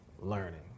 learning